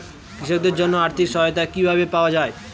কৃষকদের জন্য আর্থিক সহায়তা কিভাবে পাওয়া য়ায়?